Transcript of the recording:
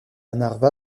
narva